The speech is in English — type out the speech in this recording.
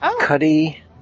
Cuddy